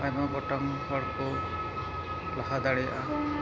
ᱟᱭᱢᱟ ᱜᱚᱴᱟᱝ ᱦᱚᱲᱠᱚ ᱞᱟᱦᱟ ᱫᱟᱲᱮᱭᱟᱜᱼᱟ